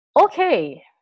Okay